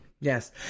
yes